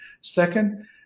Second